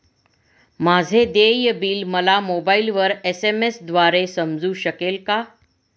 माझे देय बिल मला मोबाइलवर एस.एम.एस द्वारे समजू शकेल का?